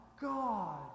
God